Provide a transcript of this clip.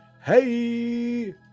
hey